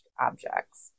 objects